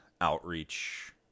outreach